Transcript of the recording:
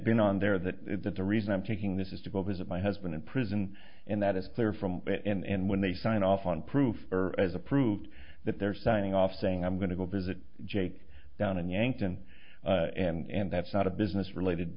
been on there that that the reason i'm taking this is to go visit my husband in prison and that is clear from it and when they sign off on proof as approved that they're signing off saying i'm going to go visit jake down in yankton and that's not a business related